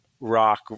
rock